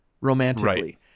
romantically